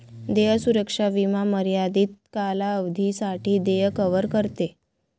देय सुरक्षा विमा मर्यादित कालावधीसाठी देय कव्हर करते